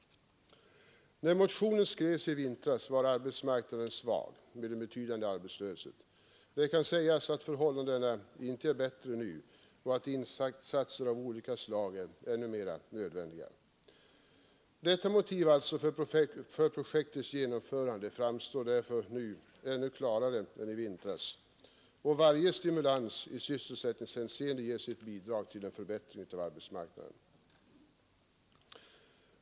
När motionen skrevs i vintras var arbetsmarknaden svag med en betydande arbetslöshet. Det kan ägas att förhållandena inte är bättre nu och att insatser av olika slag nu är ännu mer nödvändiga. Detta motiv för projektets genomförande framstår därför nu ännu klarare än i vintras; varje stimulans i sysselsättningshänseende ger sitt bidrag till en förbättring av arbetsmarknaden.